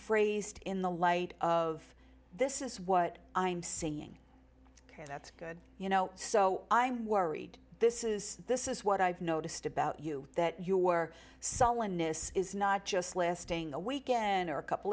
phrased in the light of this is what i'm saying ok that's good you know so i'm worried this is this is what i've noticed about you that you were sullenness is not just listing a weekend or a couple